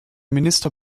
minister